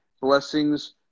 blessings